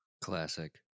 Classic